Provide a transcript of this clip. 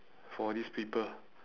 for these people